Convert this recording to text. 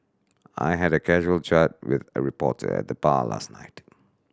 I had a casual chat with a reporter at the bar last night